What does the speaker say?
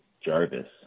Jarvis